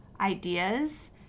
ideas